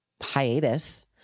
hiatus